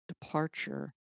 departure